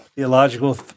Theological